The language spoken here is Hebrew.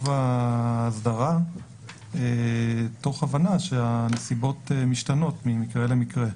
האסדרה תוך הבנה שהנסיבות משתנות ממקרה למקרה.